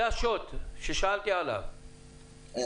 זה בדיוק ה-"שוט" שדיברתי עליו מקודם.